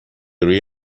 روی